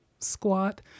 Squat